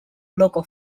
local